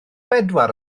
bedwar